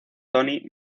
tony